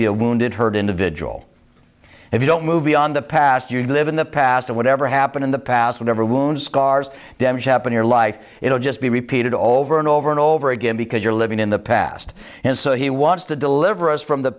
be a wounded herd individual if you don't move beyond the past you live in the past that whatever happened in the past whatever wounds scars damage happen your life it will just be repeated over and over and over again because you're living in the past and so he wants to deliver us from the